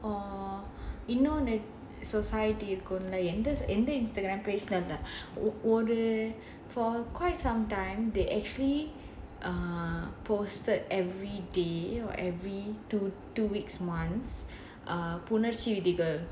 or you know the society இருக்கும்ல எந்த:irukumla endha for quite some time they actually posted everyday or every two weeks once புணர்ச்சி விதிகள்:punarchi vidhigal